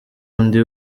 undi